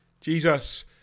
Jesus